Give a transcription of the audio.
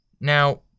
Now